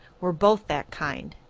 we're both that kind.